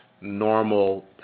normal –